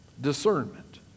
discernment